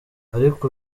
ariko